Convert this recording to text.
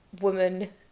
woman